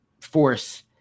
force